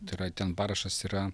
tai yra ten parašas yra